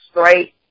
straight